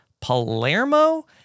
Palermo